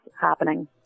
happening